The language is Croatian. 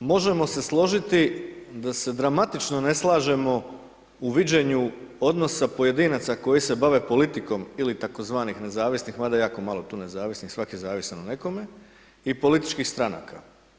možemo se složiti da se dramatično ne slažemo u viđenju odnosa pojedinaca koji se bave politikom ili tzv. nezavisnih mada jako malo je tu nezavisan, svaki je zavisan o nekome i političkih stranaka.